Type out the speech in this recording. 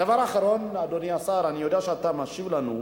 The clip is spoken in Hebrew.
הדבר האחרון, ואדוני השר, אני יודע שאתה משיב לנו,